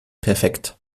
perfekt